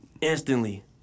Instantly